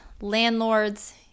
landlords